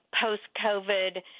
post-COVID